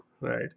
Right